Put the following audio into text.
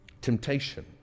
Temptation